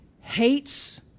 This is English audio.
hates